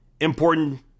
important